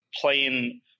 playing